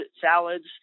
salads